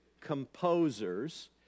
composers